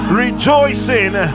rejoicing